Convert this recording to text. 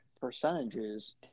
percentages